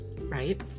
right